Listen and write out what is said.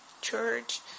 church